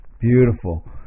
Beautiful